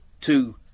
Two